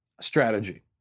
strategy